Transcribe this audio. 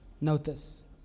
Notice